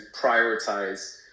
prioritize